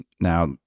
now